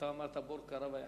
ואתה אמרת, "בור כרה ויחפרהו".